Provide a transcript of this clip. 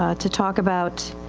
ah to talk about